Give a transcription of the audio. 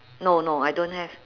no no I don't have